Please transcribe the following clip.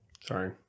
Sorry